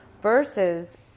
versus